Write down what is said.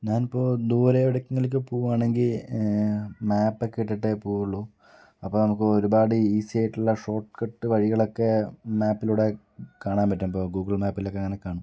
ഞാൻ ഇപ്പോൾ ദൂരെ എവിടേക്കെങ്കിലും ഒക്കെ പോകുകയാണെങ്കിൽ മാപ്പ് ഒക്കെ ഇട്ടിട്ടേ പോകുകയുള്ളൂ അപ്പോൾ നമുക്ക് ഒരുപാട് ഈസിയായിട്ടുള്ള ഷോർട്ട് കട്ട് വഴികളൊക്കെ മാപ്പിലൂടെ കാണാൻ പറ്റും ഇപ്പം ഗൂഗിൾ മേപ്പിൽ ഒക്കെ അങ്ങനെ കാണും